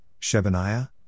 Shebaniah